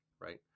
right